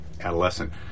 adolescent